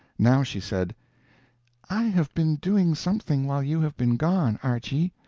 now she said i have been doing something while you have been gone, archy.